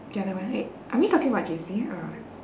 the other one wait are we talking about J_C or